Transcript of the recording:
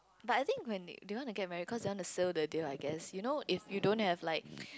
but I think when they do you want to get married cause you want to seal the deal I guess you know if you don't have like